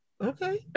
Okay